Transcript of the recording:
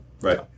Right